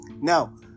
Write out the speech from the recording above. Now